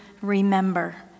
remember